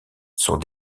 sont